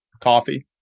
Coffee